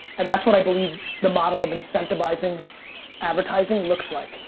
and that's what i believe the model of incentivizing advertising looks like.